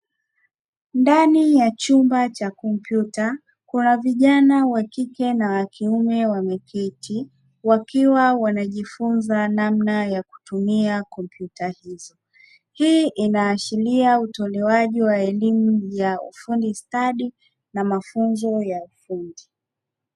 Ndani ya chumba cha kompyuta kuna vijana wa kike na wa kiume wameketi wakiwa wanajifunza namna ya kutumia kompyuta hizo, hii inaashiria utolewaji wa elimu ya ufundi stadi na mafunzo ya ufundi.